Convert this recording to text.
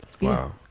Wow